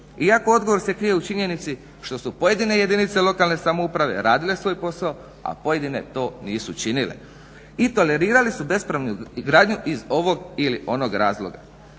iako odgovor se krije u činjenici što su pojedine jedinice lokalne samouprave radile svoj posao, a pojedine to nisu činile. I tolerirali su bespravnu gradnju iz ovog ili onog razloga.